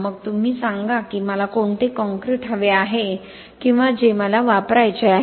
मग तुम्ही सांगा की मला कोणते कंक्रीट हवे आहे किंवा जे मला वापरायचे आहे